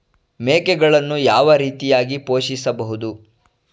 ಮೇಕೆಗಳನ್ನು ಯಾವ ರೀತಿಯಾಗಿ ಪೋಷಿಸಬಹುದು?